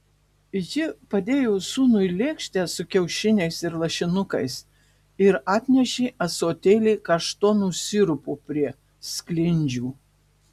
ji padėjo sūnui lėkštę su kiaušiniais ir lašinukais ir atnešė ąsotėlį kaštonų sirupo prie sklindžių